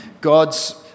God's